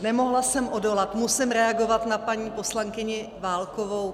Nemohla jsem odolat, musím reagovat na paní poslankyni Válkovou.